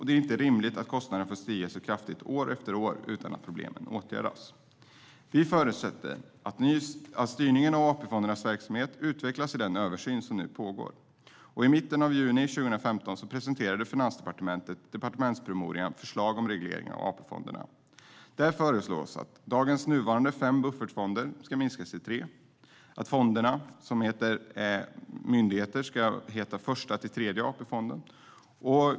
Det är inte rimligt att kostnaderna får stiga så kraftigt år efter år utan att problemen åtgärdas. Vi förutsätter att styrningen av AP-fondernas verksamhet utvecklas i den översyn som nu pågår. I mitten av juni 2015 presenterade Finansdepartementet departementspromemorian Förslag om ny reglering för AP-fonderna . Där föreslås att dagens nuvarande fem buffertfonder ska minskas till tre. Fonderna, som är myndigheter, ska heta Första-Tredje AP-fondsmyndigheterna.